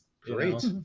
Great